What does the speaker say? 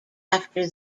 after